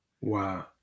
Wow